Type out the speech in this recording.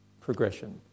progression